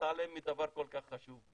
להתעלם מדבר כל כך חשוב.